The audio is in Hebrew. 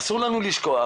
אסור לנו לשכוח